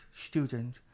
student